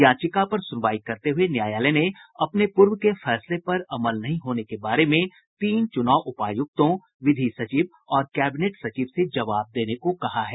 याचिका पर सुनवाई करते हुये न्यायालय ने अपने पूर्व के फैसले पर अमल नहीं होने के बारे में तीन चुनाव उपायुक्तों विधि सचिव और कैबिनेट सचिव से जवाब देने को कहा है